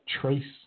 trace